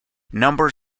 number